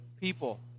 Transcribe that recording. people